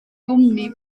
gwmni